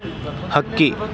ಹಕ್ಕಿ